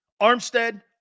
Armstead